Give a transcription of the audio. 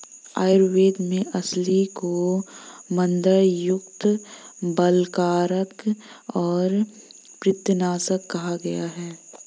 आयुर्वेद में अलसी को मन्दगंधयुक्त, बलकारक और पित्तनाशक कहा गया है